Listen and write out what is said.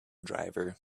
driver